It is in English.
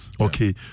okay